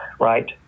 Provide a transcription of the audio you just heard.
right